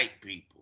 people